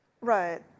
Right